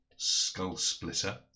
Skullsplitter